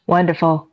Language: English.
Wonderful